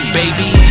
baby